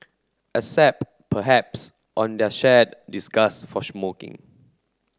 except perhaps on their shared disgust for smoking